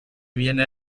viene